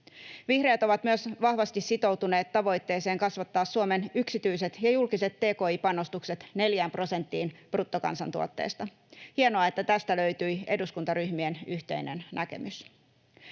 Vihreät ovat myös vahvasti sitoutuneet tavoitteeseen kasvattaa Suomen yksityiset ja julkiset tki-panostukset 4 prosenttiin bruttokansantuotteesta. Hienoa, että tästä löytyi eduskuntaryhmien yhteinen näkemys.